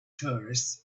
tourists